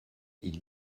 ils